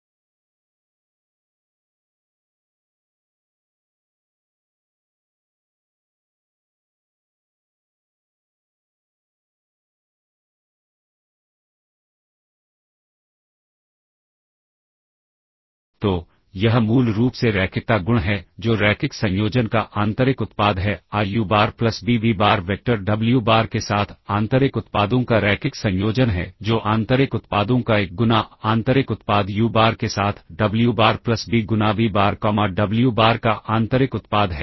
तो यह मूल रूप से रैखिकता गुण है जो रैखिक संयोजन का आंतरिक उत्पाद है a u bar plus b v bar vector डब्ल्यू बार के साथ आंतरिक उत्पादों का रैखिक संयोजन है जो आंतरिक उत्पादों का एक गुना आंतरिक उत्पाद यू बार के साथ डब्ल्यू बार प्लस बी गुना वी बार कॉमा डब्ल्यू बार का आंतरिक उत्पाद है